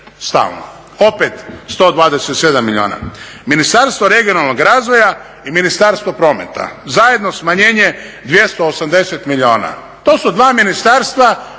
opet 127 milijuna. Ministarstvo regionalnog razvoja i Ministarstvo prometa zajedno smanjenje 280 milijuna. To su dva ministarstva